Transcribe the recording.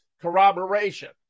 Corroboration